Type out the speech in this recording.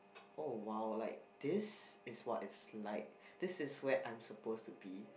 oh !wow! like this is what it's like this is where I'm supposed to be